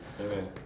Amen